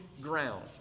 ground